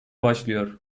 başlıyor